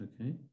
Okay